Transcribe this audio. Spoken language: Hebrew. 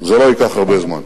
זה לא ייקח הרבה זמן.